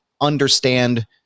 understand